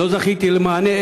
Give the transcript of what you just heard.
לא זכיתי למענה,